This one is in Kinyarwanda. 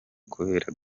kubera